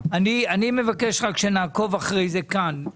אני מבקש רק שנעקוב אחרי זה כאן.